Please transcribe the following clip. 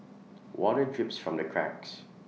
water drips from the cracks